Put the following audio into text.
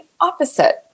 opposite